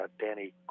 Danny